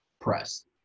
press